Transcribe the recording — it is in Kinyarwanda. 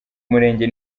murenge